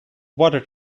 water